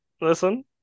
listen